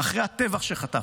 אחרי הטבח שחטפנו,